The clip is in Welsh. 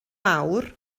awr